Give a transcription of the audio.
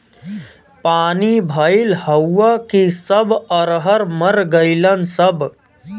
पानी भईल हउव कि सब अरहर मर गईलन सब